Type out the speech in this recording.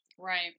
Right